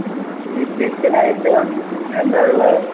ആ ഈ chicken item എന്താണ് ഉള്ളത്